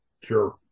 Sure